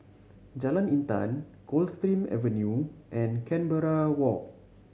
Jalan Intan Coldstream Avenue and Canberra Walk